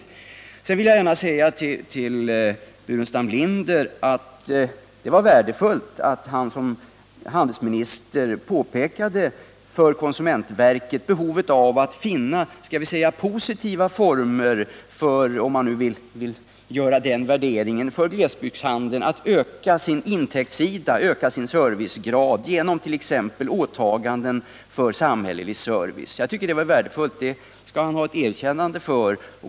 Sedan vill jag gärna till Staffan Burenstam Linder säga att det var värdefullt att han som handelsminister för konsumentverket påpekade behovet av att finna positiva former - om man nu vill göra den värderingen — för glesbygdshandeln att öka sin intäktssida och sin servicegrad, t.ex. genom åtaganden för samhällelig service. Jag tycker det var värdefullt och det skall han ha ett erkännande för.